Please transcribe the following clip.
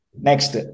Next